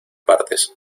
partes